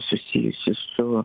susijusi su